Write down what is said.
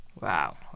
Wow